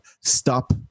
stop